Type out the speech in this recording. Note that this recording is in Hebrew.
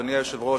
אדוני היושב-ראש,